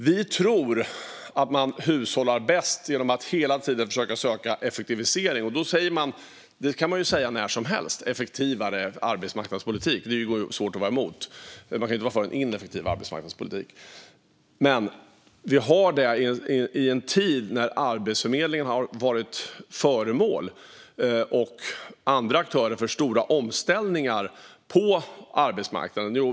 Vi tror att man hushållar bäst genom att hela tiden försöka söka effektivisering. Det kan man säga när som helst. Effektivare arbetsmarknadspolitik är det svårt att vara emot. Man kan ju inte vara för en ineffektiv arbetsmarknadspolitik. Men vi har detta i en tid då Arbetsförmedlingen och andra aktörer har varit föremål för stora omställningar på arbetsmarknaden.